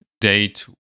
date